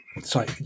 Sorry